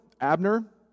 Abner